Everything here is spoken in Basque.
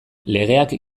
legeak